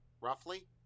roughly